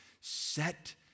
Set